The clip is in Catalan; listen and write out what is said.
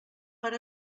per